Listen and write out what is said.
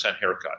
haircut